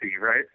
right